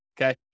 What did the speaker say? okay